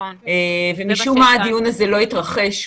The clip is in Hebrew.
אף אחד מאתנו לא חושב אנחנו מנסים למגר את הקורונה,